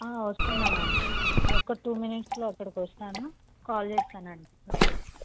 వస్తున్నాను అండి ఒక టూ మినిట్స్లో అక్కడికి వస్తాను కాల్ చేస్తాను అండి వచ్చి